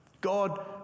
God